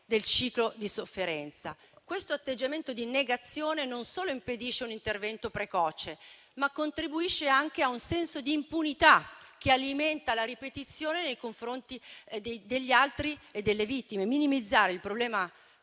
del ciclo di sofferenza. Questo atteggiamento di negazione non solo impedisce un intervento precoce, ma contribuisce anche a un senso di impunità, che alimenta la ripetizione nei confronti degli altri, delle vittime. Minimizzare il problema